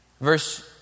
Verse